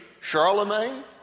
Charlemagne